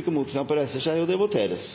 Det voteres